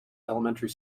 elementary